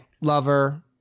lover